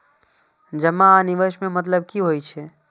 जमा आ निवेश में मतलब कि होई छै?